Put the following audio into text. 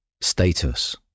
status